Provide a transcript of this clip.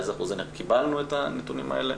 קיבלנו את הנתונים האלה?